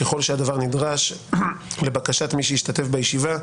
ככל שהדבר נדרש לבקשת מי שהשתתף בישיבה,